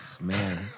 man